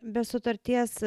be sutarties